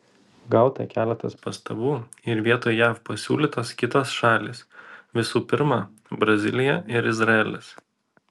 gauta keletas pastabų ir vietoj jav pasiūlytos kitos šalys visų pirma brazilija ir izraelis